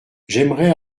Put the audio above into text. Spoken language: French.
j’aimerais